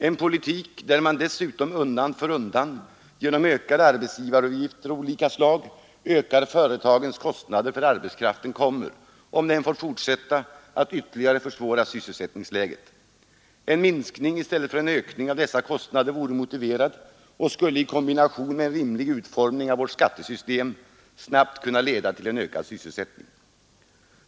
En politik, där man dessutom undan för undan genom ökade arbetsgivaravgifter av olika slag ökar företagens kostnader för arbetskraften, kommer — om den får fortsätta — att ytterligare försvåra sysselsättningsläget. En minskning i stället för en ökning av dessa kostnader vore motiverad och skulle i kombination med en rimlig utformning avvårt skattesystem snabbt kunna leda till en ökad sysselsättning.